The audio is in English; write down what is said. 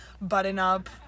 button-up